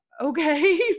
Okay